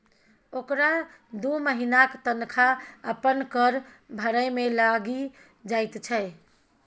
ओकरा दू महिनाक तनखा अपन कर भरय मे लागि जाइत छै